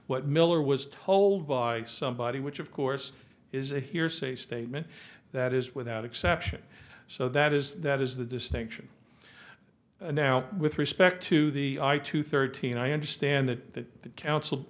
what miller was told by somebody which of course is a hearsay statement that is without exception so that is that is the distinction now with respect to the two thirteen i understand that the council